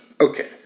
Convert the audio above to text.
Okay